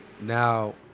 now